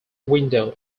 window